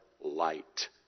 light